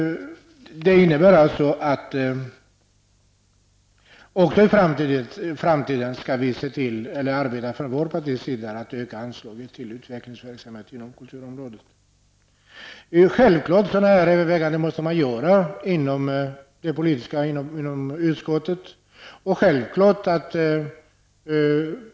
Det innebär att vi i mitt parti i framtiden skall arbeta för att öka anslaget till utvecklingsverksamhet inom kulturområdet. Det är självklart att man måste göra sådana här överväganden inom utskottet.